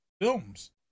Films